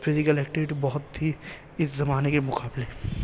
physical activity بہت تھی اس زمانے کے مقابلے